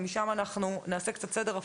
ומשם נעשה סדר הפוך,